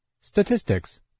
Statistics